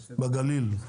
בגליל?